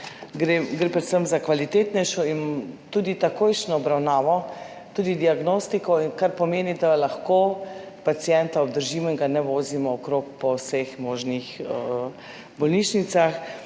gre predvsem za kvalitetnejšo in tudi takojšnjo obravnavo, tudi diagnostiko, kar pomeni, da lahko pacienta obdržimo in ga ne vozimo okrog po vseh možnih bolnišnicah,